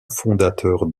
fondateurs